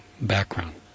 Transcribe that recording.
background